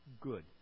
good